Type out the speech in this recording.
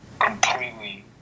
completely